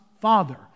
father